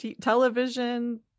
television